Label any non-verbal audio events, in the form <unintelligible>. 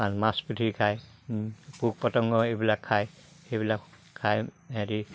মাছ পুঠি খায় পোক পতংগ এইবিলাক খায় সেইবিলাক খাই <unintelligible>